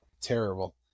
terrible